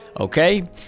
Okay